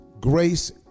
grace